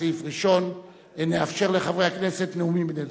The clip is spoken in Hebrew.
כסעיף ראשון אנחנו נאפשר לחברי הכנסת נאומים בני דקה.